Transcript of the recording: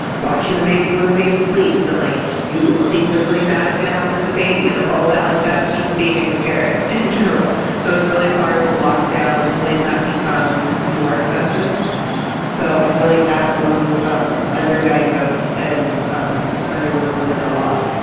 watching the baby when the baby sleeps and like you think that something bad is going to happen to the baby. and like all that, like that's just being a new parent in general. so it's really hard to lock down when that becomes more excessive so i feel like that goes um under-diagnosed and um underreported a lot.